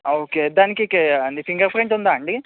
okay దానికి fingerprint ఉందా అండి